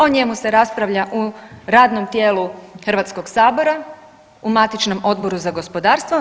O njemu se raspravlja u radnom tijelu Hrvatskog sabora, u matičnom Odboru za gospodarstvo.